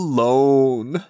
Alone